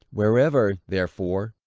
wherever, therefore,